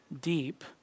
deep